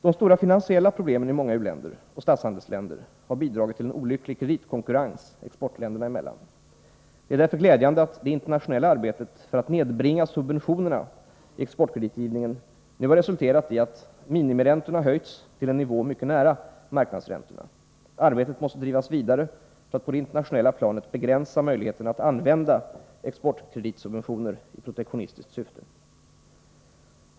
De stora finansiella problemen i många u-länder och statshandelsländer har bidragit till en olycklig kreditkonkurrens exportländerna emellan. Det är därför glädjande att det internationella arbetet för att nedbringa subventionerna i exportkreditgivningen nu har resulterat i att minimiräntorna höjts till en nivå mycket nära marknadsräntorna. Arbetet måste drivas vidare för att man på det internationella planet skall kunna begränsa möjligheterna att använda exportkreditsubventioner i protektionistiskt syfte.